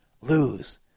lose